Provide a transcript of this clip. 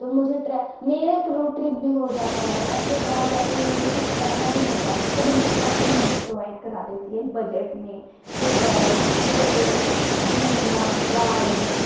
तो मुझे एक ट्रा मेरा एक रोड ट्रिप भी हो जाता है और फिर वहाँ जा कर मुझे कुछ करना भी नहीं पड़ता सब इनकी कम्पनी मुझे प्रोवाइड करा देती है बजट में होटल्स फूड घूमना गाइड